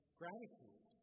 gratitude